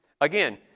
Again